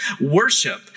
worship